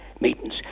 meetings